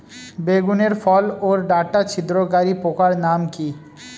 বেগুনের ফল ওর ডাটা ছিদ্রকারী পোকার নাম কি?